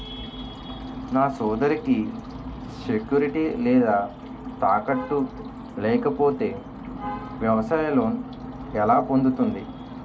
నా సోదరికి సెక్యూరిటీ లేదా తాకట్టు లేకపోతే వ్యవసాయ లోన్ ఎలా పొందుతుంది?